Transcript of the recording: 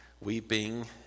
weeping